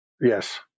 Yes